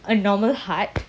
a normal heart